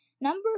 Number